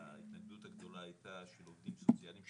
ההתנגדות הגדולה הייתה של עובדים סוציאליים,